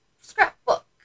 scrapbook